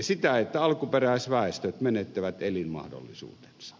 sitä että alkuperäisväestöt menettävät elinmahdollisuutensa